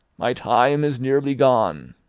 my time is nearly gone.